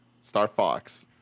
Star-Fox